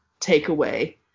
takeaway